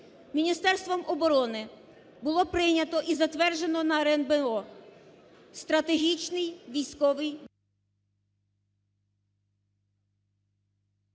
Міністерством оборони було прийнято і затверджено на РНБО Стратегічний військовий…